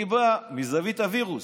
אני בא מזווית הווירוס.